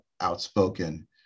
outspoken